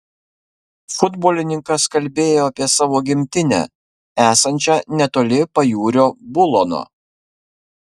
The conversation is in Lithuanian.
futbolininkas kalbėjo apie savo gimtinę esančią netoli pajūrio bulono